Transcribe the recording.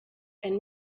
and